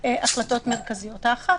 אחת,